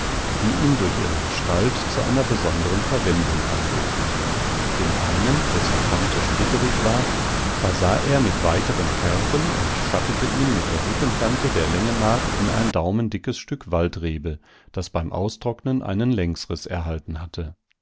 die ihn durch ihre gestalt zu einer besonderen verwendung anregten den einen dessen kante splitterig war versah er mit weiteren kerben und schattete ihn mit der rückenkante der länge nach in ein daumendickes stück waldrebe das beim austrocknen einen längsriß erhalten hatte